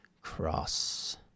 Cross